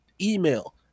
Email